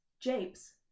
japes